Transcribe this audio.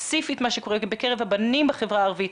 ספציפית מה שקורה בקרב הבנים בחברה הערבית.